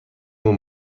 اون